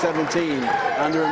seventeen under